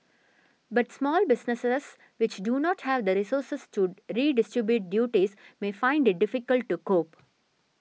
but small businesses which do not have the resources to redistribute duties may find it difficult to cope